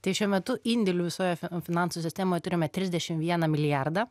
tai šiuo metu indėlių visoje fin finansų sistemoje turime trisdešim vieną milijardą